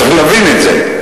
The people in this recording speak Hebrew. צריך להבין את זה.